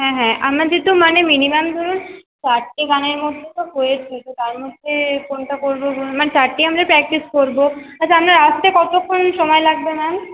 হ্যাঁ হ্যাঁ আমাদের তো মানে মিনিমাম ধরুন চারটে গানের মধ্যে তো হয়েছে তো তার মধ্যে কোনটা করব বলুন মানে চারটেই আমাদের প্র্যাকটিস করব আচ্ছা আপনার আসতে কতক্ষণ সময় লাগবে ম্যাম